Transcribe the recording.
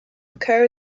occur